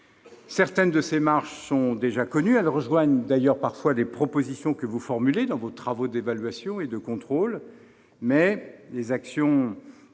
Certaines de ces marges sont déjà connues ; elles rejoignent d'ailleurs parfois des propositions que vous formulez dans vos travaux d'évaluation et de contrôle. Mais les actions